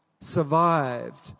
survived